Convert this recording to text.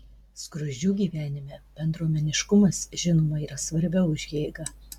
skruzdžių gyvenime bendruomeniškumas žinoma yra svarbiau už jėgą